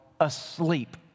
asleep